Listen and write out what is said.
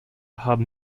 haben